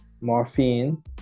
morphine